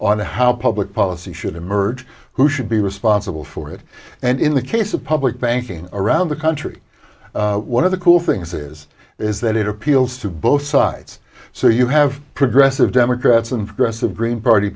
on how public policy should emerge who should be responsible for it and in the case of public banking around the country one of the cool things is is that it appeals to both sides so you have progressive democrats and progressive green party